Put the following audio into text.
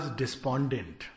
despondent